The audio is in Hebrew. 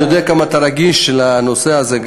אני יודע כמה אתה רגיש גם לנושא הזה,